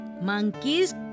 monkeys